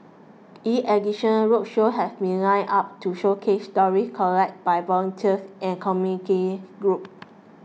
in addition roadshows have been lined up to showcase stories collected by volunteers and community groups